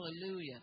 Hallelujah